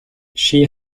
she